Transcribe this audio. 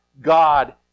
God